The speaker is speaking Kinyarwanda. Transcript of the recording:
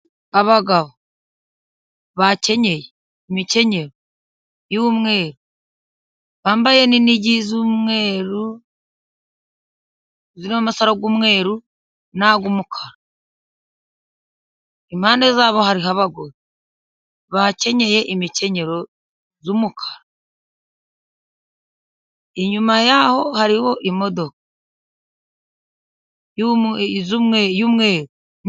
Abagabo bakenyeye imikenyero y'umweru, bambaye n'inigi z'umweru zirimo amasaro y'umweru n'ay'umukara , impande yabo hariho abagore bakenyeye imikenyero y'umukara, inyuma yaho hariho imodoka y'umweru.